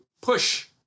push